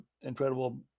incredible